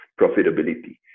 profitability